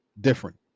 different